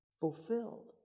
Fulfilled